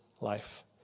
life